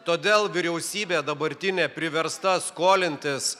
todėl vyriausybė dabartinė priversta skolintis